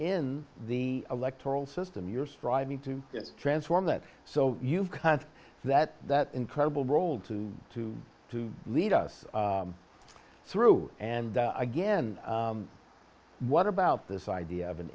in the electoral system you're striving to transform that so you've got that that incredible role to to to lead us through and again what about this idea of an